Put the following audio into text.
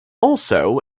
also